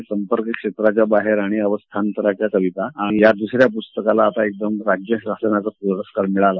संपर्क क्षेत्राच्या बाहेर आणि अवस्थांतराच्या कविता आणि या दुसऱ्या पुस्तकाला एकदम राज्य शासनाचा पुरस्कार मिळाला